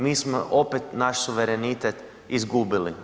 Mi smo opet naš suverenitet izgubili.